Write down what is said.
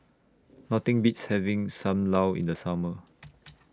Nothing Beats having SAM Lau in The Summer